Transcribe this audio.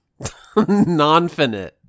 Nonfinite